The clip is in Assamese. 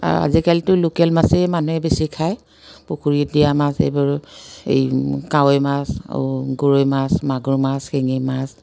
আজিকালিটো লোকেল মাছেই মানুহে বেছি খাই পুখুৰীত দিয়া মাছ সেইবোৰ এই কাৱৈ মাছ আৰু গৰৈ মাছ মাগুৰ মাছ শিঙি মাছ